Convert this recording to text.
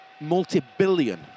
multi-billion